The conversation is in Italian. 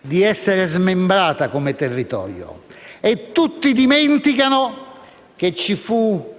di essere smembrata come territorio. E tutti dimenticano che ci fu dopo Sèvres